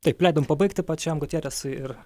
taip leidom pabaigti pačiam gutjeresui ir